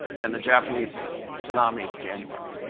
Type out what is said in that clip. and the japanese tsunami is january.